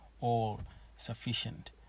all-sufficient